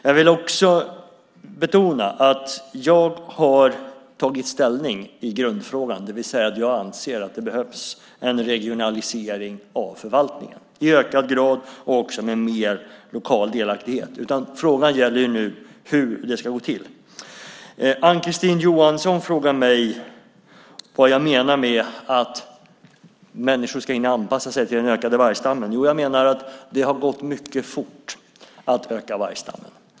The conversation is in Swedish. Jag vill också betona att jag har tagit ställning i grundfrågan, det vill säga att jag anser att det behövs en regionalisering av förvaltningen i ökad grad och också mer lokal delaktighet. Frågan gäller nu hur det ska gå till. Ann-Kristine Johansson frågar mig vad jag menar med att människor ska hinna anpassa sig till den ökade vargstammen. Jag menar att det har gått mycket fort att öka vargstammen.